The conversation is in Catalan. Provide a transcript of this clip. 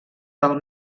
del